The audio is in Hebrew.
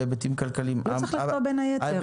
"בהיבטים כלכליים" -- לא צריך לכתוב "בין היתר".